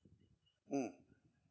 mm